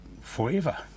forever